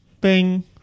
bing